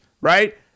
right